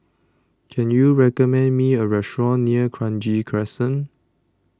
Can YOU recommend Me A Restaurant near Kranji Crescent